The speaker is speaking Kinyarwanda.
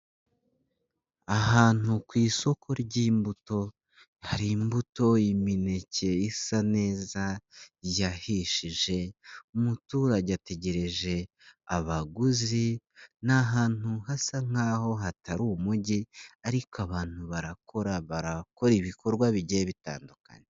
Ahantu ku isoko ry'imbuto, hari imbuto imineke isa neza yahishije, umuturage ategereje abaguzi, ni ahantu hasa nk'aho hatari umujyi, ariko abantu barakora, barakora ibikorwa bigiye bitandukanye.